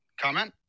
Comment